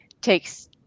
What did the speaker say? takes –